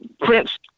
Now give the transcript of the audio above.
Prince